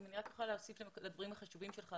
אם אני רק אוכל להוסיף לדברים החשובים שלך,